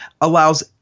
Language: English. allows